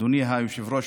אדוני היושב-ראש,